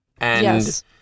and-